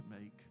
make